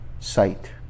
sight